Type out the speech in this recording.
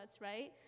right